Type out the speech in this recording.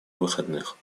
выходных